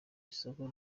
n’isoko